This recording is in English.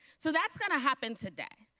so that's going to happen today.